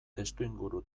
testuinguru